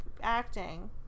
acting